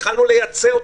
התחלנו לייצא אותם.